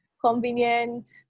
convenient